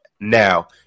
now